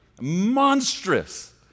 monstrous